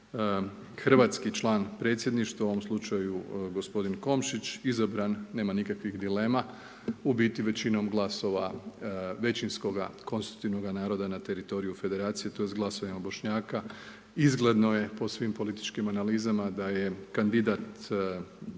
hrvatski član predsjedništva u ovom slučaju gospodin Komšić izabran, nema nikakvih dilema, u biti većinom glasova većinskoga konstitutivnoga naroda na teritoriju federacije, tj. glasovima Bošnjaka, izgledno je po svim političkim analizama da je kandidat Hrvatskog